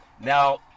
Now